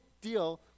deal